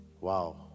Wow